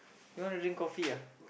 you want to drink coffee ah